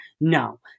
no